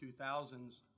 2000s